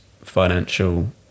financial